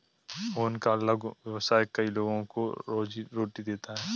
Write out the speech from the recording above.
मोहन का लघु व्यवसाय कई लोगों को रोजीरोटी देता है